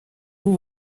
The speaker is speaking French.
vous